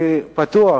אני בטוח